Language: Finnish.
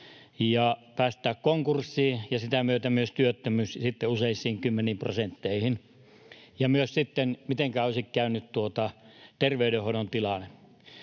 ja päästää konkurssiin ja sitä myöten myös työttömyys useisiin kymmeniin prosentteihin? [Mikko Lundén: Ei tietenkään!] Ja myös: mitenkä olisi käynyt terveydenhoidon tilan?